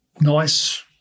nice